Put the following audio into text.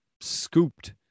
scooped